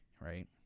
right